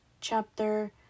chapter